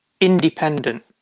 independent